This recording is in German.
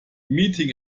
meeting